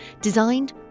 designed